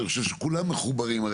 אני חושב שכולם מחוברים.